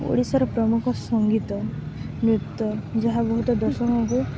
ଓଡ଼ିଶାର ପ୍ରମୁଖ ସଙ୍ଗୀତ ନୃତ୍ୟ ଯାହା ବହୁତ ଦର୍ଶନ ହେବ